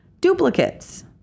duplicates